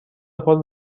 خود